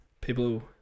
People